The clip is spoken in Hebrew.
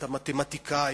את המתמטיקאים,